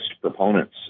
proponents